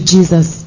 Jesus